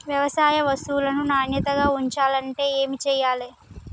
వ్యవసాయ వస్తువులను నాణ్యతగా ఉంచాలంటే ఏమి చెయ్యాలే?